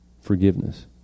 forgiveness